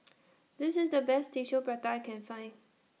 This IS The Best Tissue Prata I Can Find